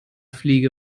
fliege